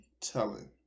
telling